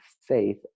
faith